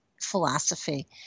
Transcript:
philosophy